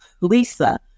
Lisa